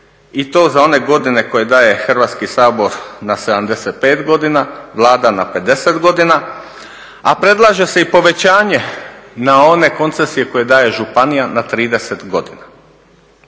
i to za one godine koje daje Hrvatski sabor na 75 godina, Vlada na 50 godina, a predlaže se i povećanje na one koncesije koje daje županija na 30 godina.